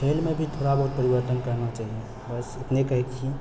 खेलमे भी थोड़ा बहुत परिवर्तन करना चाहिए बस इतने कहैके छै